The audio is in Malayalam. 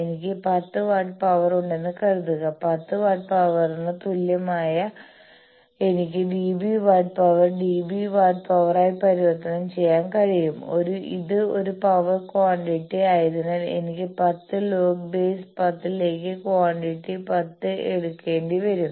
എനിക്ക് 10 വാട്ട് പവർ ഉണ്ടെന്ന് കരുതുക 10 വാട്ട് പവർ ന് തത്തുല്യമായിഎനിക്ക് dB watt power dB watt പവറായി പരിവർത്തനം ചെയ്യാൻ കഴിയും ഇത് ഒരു പവർ ക്വാണ്ടിറ്റി ആയതിനാൽ എനിക്ക് 10 ലോഗ് ബേസ് 10 ലേക്ക് ക്വാണ്ടിറ്റി 10 എടുക്കേണ്ടി വരും